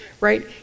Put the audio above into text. right